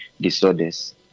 disorders